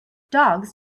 dogs